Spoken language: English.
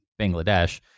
Bangladesh